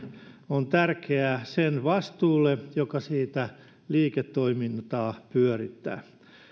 on tärkeää kohdentaa sen vastuulle joka sitä liiketoimintaa pyörittää